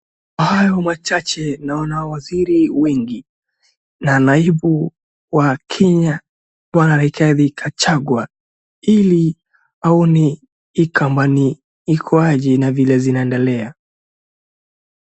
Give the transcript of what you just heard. Hayo machache naona waziri wengi na naibu wa Kenya bwana Rigathi Gachagua ili aone hii kampuni iko aje na vile zinaendelea.